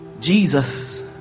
Jesus